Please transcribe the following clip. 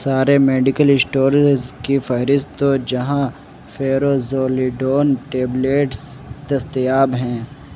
سارے medical stores کی فہرست دو جہاں فیورازولیڈون ٹیبلٹس دستیاب ہیں